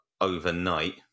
overnight